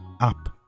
up